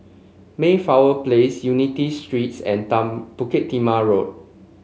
Mayflower Place Unity Streets and down Bukit Timah Road